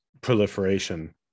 proliferation